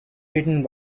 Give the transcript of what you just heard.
written